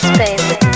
baby